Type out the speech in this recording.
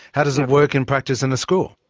how does it work in practice in a school?